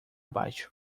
baixo